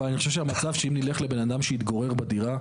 אבל אני חושב שיהיה מצב שאם נלך לבן אדם שמתגורר בדירה,